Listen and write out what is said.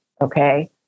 okay